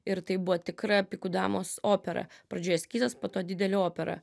ir tai buvo tikra pikų damos opera pradžioje eskizas po to didelė opera